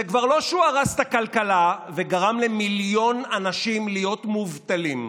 זה כבר לא שהוא הרס את הכלכלה וגרם למיליון אנשים להיות מובטלים,